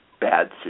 bad